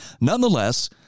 nonetheless